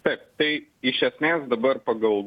taip tai iš esmės dabar pagal